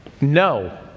No